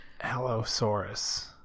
Allosaurus